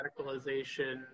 Radicalization